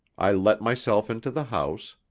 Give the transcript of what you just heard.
i let myself into the house,